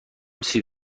سیب